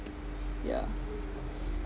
yeah